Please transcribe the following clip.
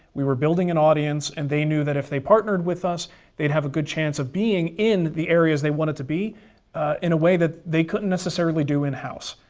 we were building an audience, and they knew that if they partnered with us they'd have a good chance of being in the areas they wanted to be in a way that they couldn't necessarily do in-house,